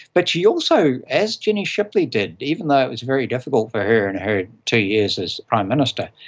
but she also, as jenny shipley did, even though it was very difficult for her in her two years as prime minister,